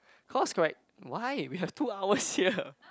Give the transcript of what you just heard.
cause correct why we have two hours here